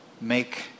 make